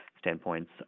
standpoints